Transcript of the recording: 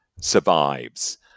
survives